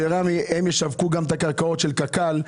שרמ"י ישווקו גם את הקרקעות של קק"ל,